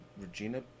Regina